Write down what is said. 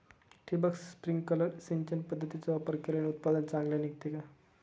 ठिबक, स्प्रिंकल सिंचन पद्धतीचा वापर केल्याने उत्पादन चांगले निघते का?